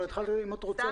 אם את רוצה,